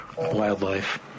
wildlife